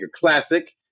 classic